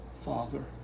Father